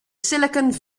silicon